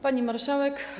Pani Marszałek!